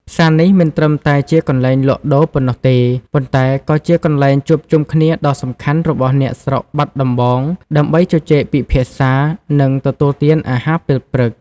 ផ្សារនេះមិនត្រឹមតែជាកន្លែងលក់ដូរប៉ុណ្ណោះទេ ប៉ុន្តែវាក៏ជាកន្លែងជួបជុំគ្នាដ៏សំខាន់របស់អ្នកស្រុកបាត់ដំបង ដើម្បីជជែកពិភាក្សា និងទទួលទានអាហារពេលព្រឹក។